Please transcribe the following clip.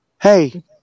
Hey